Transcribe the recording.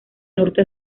norte